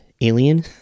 alien